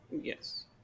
yes